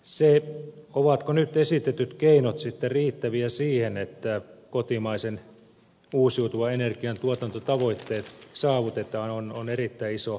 se ovatko nyt esitetyt keinot sitten riittäviä siihen että kotimaisen uusiutuvan energian tuotantotavoitteet saavutetaan on erittäin iso kysymys